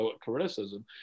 criticism